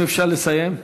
אם אפשר, לסיים.